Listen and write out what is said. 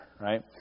right